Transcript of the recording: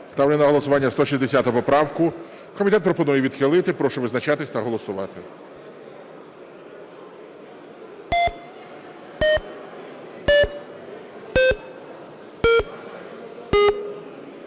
Ставлю на голосування 168 поправку. Комітет пропонує відхилити. Прошу визначатися та голосувати.